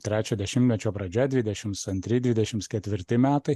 trečio dešimmečio pradžia dvidešims antri dvidešims ketvirti metai